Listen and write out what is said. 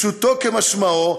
פשוטו כמשמעו,